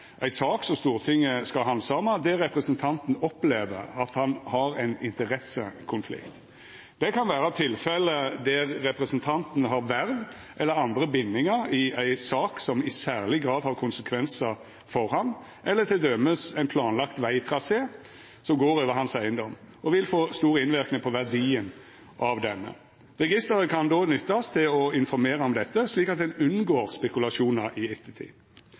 ei sak Stortinget skal handsama, der representanten opplever at han har ein interessekonflikt. Det kan vera tilfelle der representanten har verv eller andre bindingar i ei sak som i særleg grad har konsekvensar for han, eller til dømes ein planlagd vegtrasé som går over eigedomen hans og vil få stor innverknad på verdien av denne. Registeret kan då nyttast til å informera om dette, slik at ein unngår spekulasjonar i ettertid.